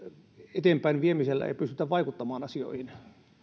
eteenpäinviemisellä ei pystytä vaikuttamaan asioihin